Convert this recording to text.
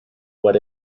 what